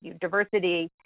diversity